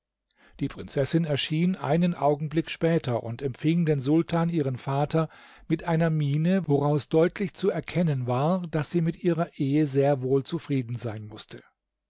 die prinzessin erschien einen augenblick später und empfing den sultan ihren vater mit einer miene woraus deutlich zu erkennen war daß sie mit ihrer ehe sehr wohl zufrieden sein mußte